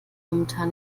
momentan